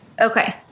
Okay